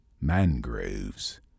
mangroves